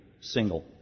single